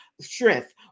strength